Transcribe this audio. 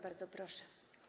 Bardzo proszę.